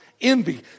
envy